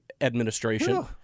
administration